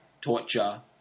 torture